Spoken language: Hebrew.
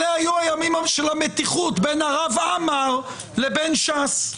אלו היו ימי המתיחות בין הרב עמר לבין ש"ס.